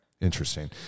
Interesting